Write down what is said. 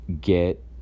get